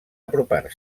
apropar